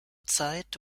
zeit